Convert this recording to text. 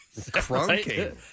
Crunking